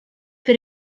per